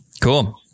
Cool